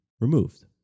removed